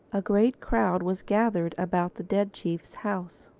a great crowd was gathered about the dead chief's house.